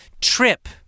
trip